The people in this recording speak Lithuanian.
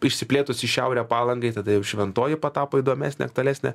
išsiplėtus į šiaurę palangai tada jau šventoji patapo įdomesnė aktualesnė